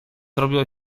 zrobiło